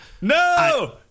no